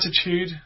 attitude